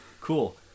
Cool